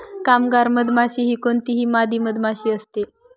कामगार मधमाशी ही कोणतीही मादी मधमाशी असते